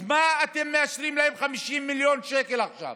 אז מה אתם מאשרים להם 50 מיליון שקל עכשיו?